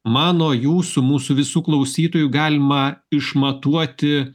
mano jūsų mūsų visų klausytojų galima išmatuoti